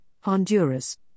Honduras